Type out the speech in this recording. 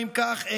אם כך,